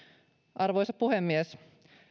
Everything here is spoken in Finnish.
arvoisa puhemies